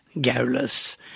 garrulous